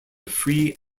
free